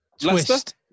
Twist